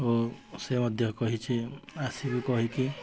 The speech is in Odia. ଓ ସେ ମଧ୍ୟ କହିଛି ଆସିକି କହିକି